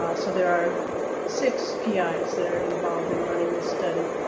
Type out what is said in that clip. ah so there are six pis that are involved in running this study,